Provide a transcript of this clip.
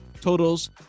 totals